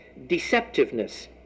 deceptiveness